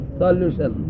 solution